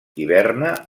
hiberna